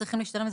צריכים להשתלם.